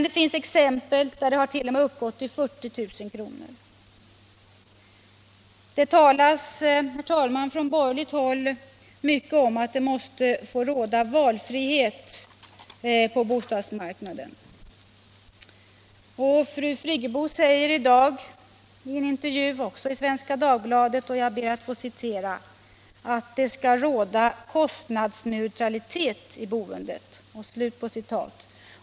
Det finns exempel på att subventioneringen uppgått till 40 000 kr. Det talas, herr talman, från borgerligt håll mycket om att det måste få råda valfrihet på bostadsmarknaden. Fru Friggebo säger i dag i en intervju i Svenska Dagbladet att ”det skall råda kostnadsneutralitet i boendet”.